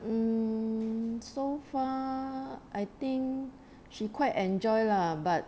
mmhmm so far I think she quite enjoy lah but